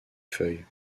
feuilles